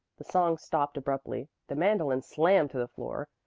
the song stopped abruptly, the mandolin slammed to the floor,